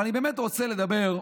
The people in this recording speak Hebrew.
אבל אני באמת רוצה לדבר,